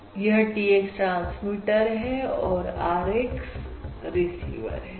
य ह T x transmitter है और Rx रिसीवर है